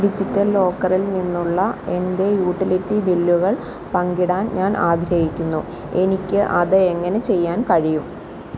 digital ലോക്കറിൽ നിന്നുള്ള എൻ്റെ യൂട്ടിലിറ്റി ബില്ലുകൾ പങ്കിടാൻ ഞാൻ ആഗ്രഹിക്കുന്നു എനിക്ക് അത് എങ്ങനെ ചെയ്യാൻ കഴിയും